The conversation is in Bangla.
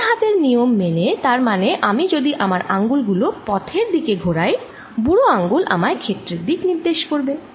ডান হাতের নিয়ম মেনে তার মানে আমি যদি আমার আঙুলগুলো পথের দিকে ঘোরাই বুড়োআঙুল আমায় ক্ষেত্রের দিক নির্দেশ করবে